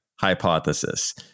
hypothesis